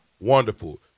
wonderful